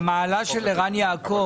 המעלה של ערן יעקב,